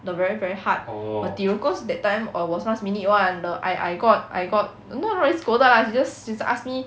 the very very hard material cause that time err was last minute [one] I I got I got not not really scolded lah she just she just ask me